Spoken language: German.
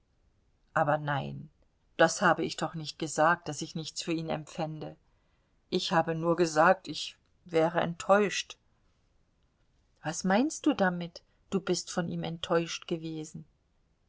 aber nein das habe ich doch nicht gesagt daß ich nichts für ihn empfände ich habe nur gesagt ich wäre enttäuscht was meinst du damit du bist von ihm enttäuscht gewesen